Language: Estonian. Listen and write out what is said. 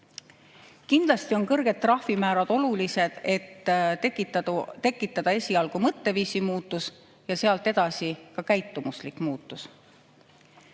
Kindlasti on kõrged trahvimäärad olulised, et tekitada esialgu mõtteviisi muutus ja sealt edasi ka käitumuslik muutus. Meie